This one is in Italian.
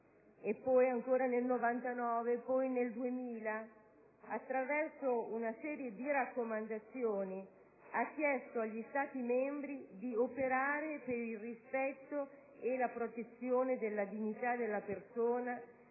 (e poi ancora nel 1999 e nel 2000) attraverso una serie di raccomandazioni ha chiesto agli Stati membri di operare per il rispetto e la protezione della dignità della persona